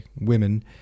women